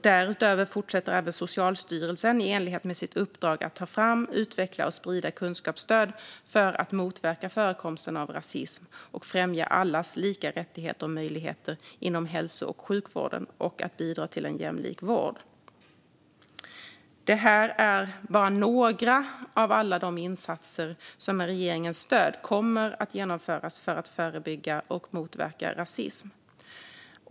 Därutöver fortsätter även Socialstyrelsen, i enlighet med sitt uppdrag, att ta fram, utveckla och sprida kunskapsstöd för att motverka förekomsten av rasism, främja allas lika rättigheter och möjligheter inom hälso och sjukvården och bidra till en jämlik vård. Det här är bara några av alla de insatser som med regeringens stöd kommer att genomföras för att förebygga och motverka rasism.